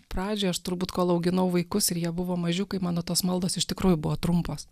pradžioj aš turbūt kol auginau vaikus ir jie buvo mažiukai mano tos maldos iš tikrųjų buvo trumpos